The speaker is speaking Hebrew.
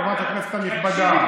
חברת הכנסת הנכבדה.